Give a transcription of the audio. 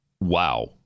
Wow